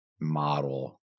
model